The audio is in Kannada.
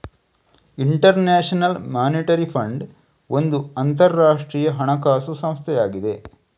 ಇಂಟರ್ ನ್ಯಾಷನಲ್ ಮಾನಿಟರಿ ಫಂಡ್ ಒಂದು ಅಂತರಾಷ್ಟ್ರೀಯ ಹಣಕಾಸು ಸಂಸ್ಥೆಯಾಗಿದೆ